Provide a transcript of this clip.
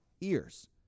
ears